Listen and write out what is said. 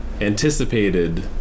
anticipated